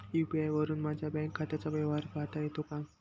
UPI वरुन माझ्या bank खात्याचा व्यवहार पाहता येतो का?